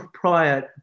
prior